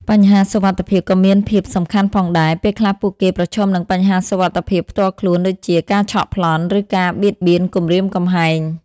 បញ្ហាសុវត្ថិភាពក៏មានភាពសំខាន់ផងដែរ ពេលខ្លះពួកគេប្រឈមនឹងបញ្ហាសុវត្ថិភាពផ្ទាល់ខ្លួនដូចជា ការឆក់ប្លន់ ឬការបៀតបៀនគំរាមគំហែង ។